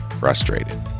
frustrated